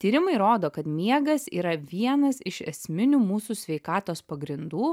tyrimai rodo kad miegas yra vienas iš esminių mūsų sveikatos pagrindų